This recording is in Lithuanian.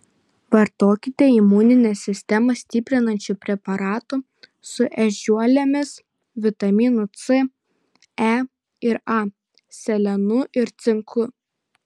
vartokite imuninę sistemą stiprinančių preparatų su ežiuolėmis vitaminu c e ir a selenu ir cinku